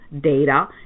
data